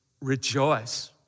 rejoice